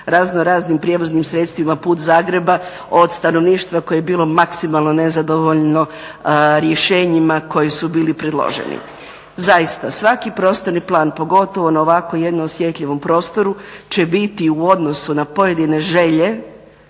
raznoraznim prijevoznim sredstvima put Zagreba od stanovništva koje je bilo maksimalno nezadovoljno rješenjima koji su bili predloženi. Zaista, svaki prostorni plan pogotovo na ovako jednom osjetljivom prostoru će biti u odnosu na pojedine želje